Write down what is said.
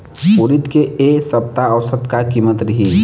उरीद के ए सप्ता औसत का कीमत रिही?